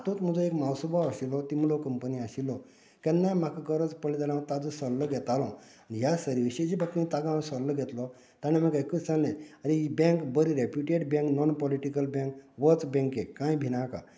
हातूंत म्हजो एक मावसोभाव आशिल्लो तिंमलो कंपनींत आशिल्लो केन्नाय म्हाका गरज पडली जाल्या हांव ताजो सल्लो घेतालो आनी ह्या सरविसेच्या बाबतीन ताका हांव सल्लो घेतलो ताणें म्हाका एकच सांगलें आरे ही बँक बरी रे reputed bank non political bank वच बँकेक कांय भिनाका